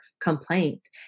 complaints